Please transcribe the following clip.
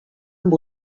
amb